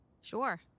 Sure